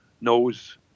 knows